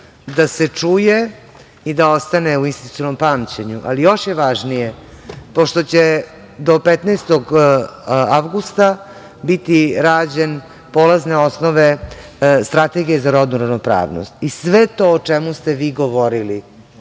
da čuje i da ostane u institucionalnom pamćenju. Još je važnije pošto će do 15. avgusta biti rađene polazne osnove strategije za rodnu ravnopravnost i sve to o čemu ste vi govorili